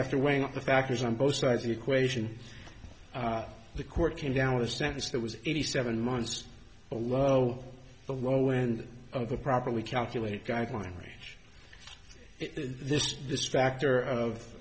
after weighing up the factors on both sides of the equation the court came down with a stance that was eighty seven months a low the low end of the properly calculate guideline range this this factor